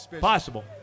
possible